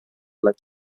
fled